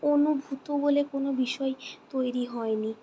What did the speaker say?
অনুভূত বলে কোনো বিষয় তৈরি হয় নি